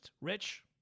Rich